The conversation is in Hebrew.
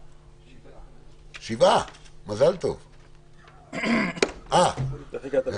הצבעה בעד, 9 נגד, 7 נמנעים, אין אושר.